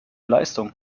leistung